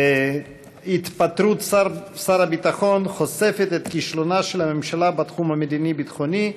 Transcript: התפטרות שר הביטחון חושפת את כישלונה של הממשלה בתחום המדיני-ביטחוני,